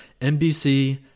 NBC